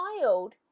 child